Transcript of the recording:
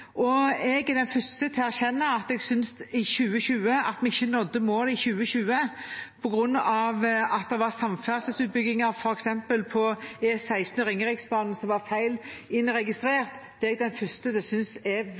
jordbruksoppgjøret. Jeg er den første til å erkjenne at jeg synes at det at vi ikke nådde målet i 2020 på grunn av at det var samferdselsutbygginger som var feil innregistrert, f.eks. på E16 og Ringeriksbanen, er virkelig betimelig å sette fingeren på. Det